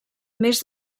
més